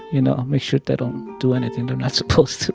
you know? make sure they don't do anything they're not supposed to.